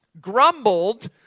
grumbled